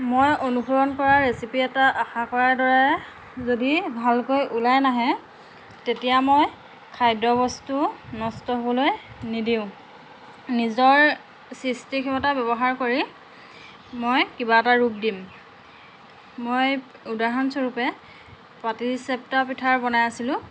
মই অনুসৰণ কৰা ৰেচিপি এটা আশা কৰাৰ দৰে যদি ভালকৈ ওলাই নাহে তেতিয়া মই খাদ্য বস্তু নষ্ট হ'বলৈ নিদিওঁ নিজৰ সৃষ্টি ক্ষমতা ব্যৱহাৰ কৰি মই কিবা এটা ৰূপ দিম মই উদাহৰণস্বৰূপে পাটি চেপটা পিঠা বনাইছিলোঁ